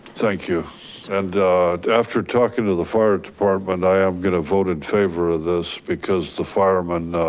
thank you and after talking to the fire department i am gonna vote in favor of this because the firemen